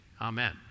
Amen